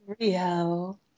Rio